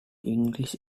english